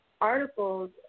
articles